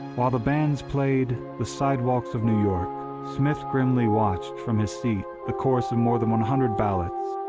while the bands played the sidewalks of new york, smith grimly watched from his seat the course of more than one hundred ballots.